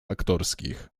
aktorskich